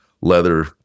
leather